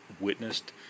witnessed